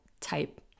type